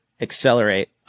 accelerate